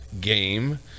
game